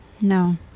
No